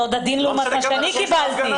זה עוד עדין לעומת מה שאני קיבלתי.